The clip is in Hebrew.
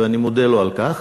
ואני מודה לו על כך: